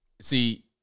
see